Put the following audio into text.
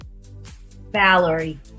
Valerie